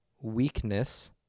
weakness